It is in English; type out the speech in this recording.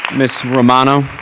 ms. romano.